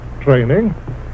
training